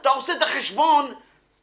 אתה עושה את החשבון נקודתי.